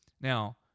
Now